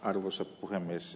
arvoisa puhemies